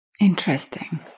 Interesting